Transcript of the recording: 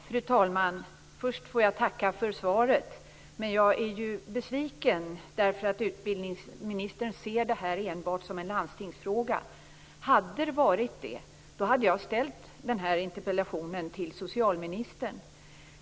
Fru talman! Först vill jag tacka för svaret, men jag är ju besviken över att utbildningsministern ser detta enbart som en landstingsfråga. Om det hade varit det hade jag ställt denna interpellation till socialministern.